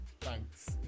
thanks